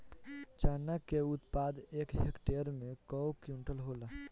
चना क उत्पादन एक हेक्टेयर में कव क्विंटल होला?